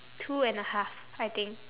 two and a half I think